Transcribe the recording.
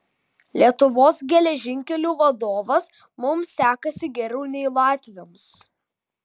lietuvos geležinkelių vadovas mums sekasi geriau nei latviams